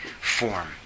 form